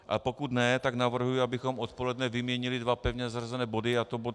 A pokud ne, tak navrhuji, abychom odpoledne vyměnili dva pevně zařazené body, a to bod 161 a bod 282.